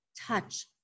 touch